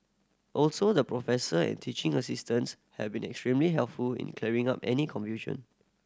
also the professor and teaching assistants have been extremely helpful in clearing up any confusion